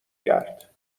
کرد